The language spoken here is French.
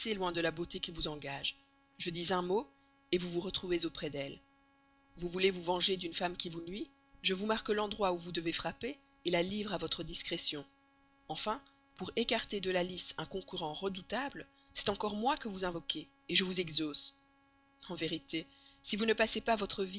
loin de la beauté qui vous engage je dis un mot vous vous retrouvez auprès d'elle vous voulez vous venger d'une femme qui vous nuit je vous marque l'endroit où vous devez frapper la livre à votre discrétion enfin pour écarter de la lice un concurrent redoutable c'est encore moi que vous invoquez je vous exauce en vérité si vous ne passez pas votre vie